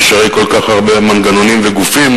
יש הרי כל כך הרבה מנגנונים וגופים,